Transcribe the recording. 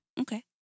okay